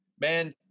Man